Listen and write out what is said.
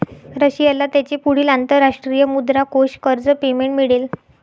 रशियाला त्याचे पुढील अंतरराष्ट्रीय मुद्रा कोष कर्ज पेमेंट मिळेल